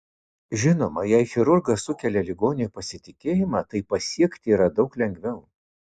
žinoma jei chirurgas sukelia ligoniui pasitikėjimą tai pasiekti yra daug lengviau